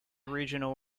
regional